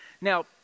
Now